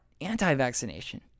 anti-vaccination